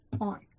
on